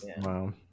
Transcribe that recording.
wow